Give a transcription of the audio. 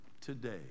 today